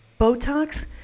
Botox